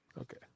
Okay